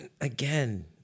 Again